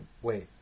Wait